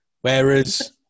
Whereas